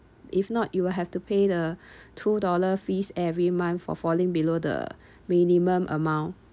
if not you will have to pay the two dollar fees every month for falling below the minimum amount